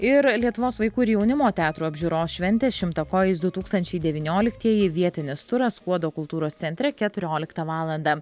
ir lietuvos vaikų ir jaunimo teatro apžiūros šventės šimtakojis du tūkstančiai devynioliktieji vietinis turas skuodo kultūros centre keturioliktą valandą